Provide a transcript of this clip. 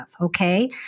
Okay